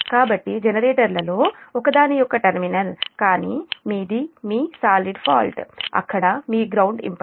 కాబట్టి జనరేటర్లలో ఒకదాని యొక్క టెర్మినల్ కానీ మీది మీ సాలిడ్ ఫాల్ట్ అక్కడ మీ గ్రౌండ్ ఇంపెడెన్స్ లేదు